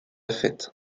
fête